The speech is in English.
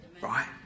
right